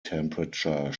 temperature